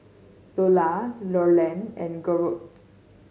Lular Leland and Gertrude